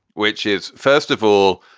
which is, first of all,